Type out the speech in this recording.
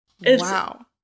Wow